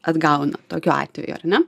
atgauna tokiu atveju ar ne